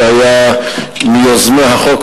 שהיה מיוזמי החוק,